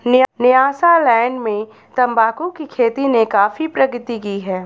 Nyasaland में तंबाकू की खेती ने काफी प्रगति की है